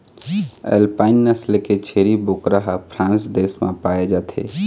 alpine नसल के छेरी बोकरा ह फ्रांस देश म पाए जाथे